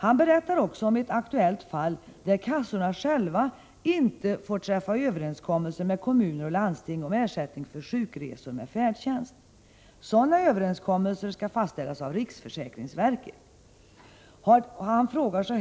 Han berättar också om ett aktuellt fall där kassorna själva inte får träffa överenskommelser med kommuner och landsting om ersättning för sjukresor med färdtjänst. Sådana överenskommelser skall fastställas av riksförsäkringsverket.